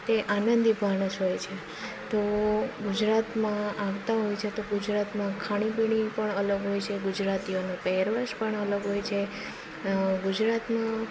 તે આનંદી માણસ હોય છે તો ગુજરાતમાં આવતાં હોય છે તો ગુજરાતમાં ખાણી પીણી પણ અલગ હોય છે ગુજરાતીઓનો પહેરવેશ પણ અલગ હોય છે ગુજરાતનો